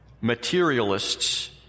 Materialists